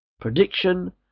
Prediction